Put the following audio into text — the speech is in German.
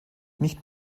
nicht